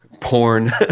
porn